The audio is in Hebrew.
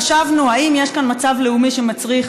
חשבנו אם יש כאן מצב לאומי שמצריך